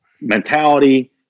mentality